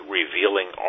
revealing